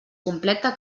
completa